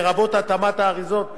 לרבות התאמת האריזות והתוויות,